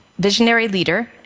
visionaryleader